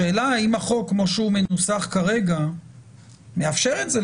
השאלה אם החוק כמו שהוא מנוסח כרגע מאפשר את זה,